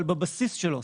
אבל בבסיס שלו,